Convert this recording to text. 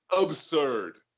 absurd